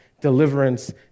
deliverance